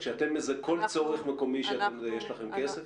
לכל צורך מקומי, יש לכם כסף?